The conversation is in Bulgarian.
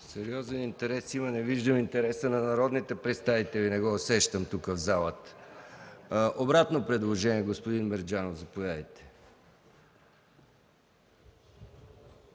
Сериозен интерес има, не виждам интереса на народните представители, не го усещам тук, в залата. Обратно предложение – господин Мерджанов, заповядайте.